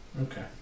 Okay